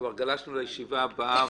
כבר גלשנו לישיבה הבאה,